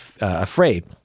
afraid